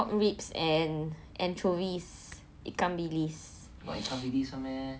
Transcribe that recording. ribs and anchovies ikan bilis